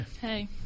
Hey